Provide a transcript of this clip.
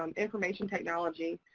um information technology,